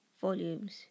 volumes